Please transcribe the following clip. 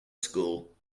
school